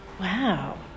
Wow